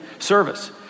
service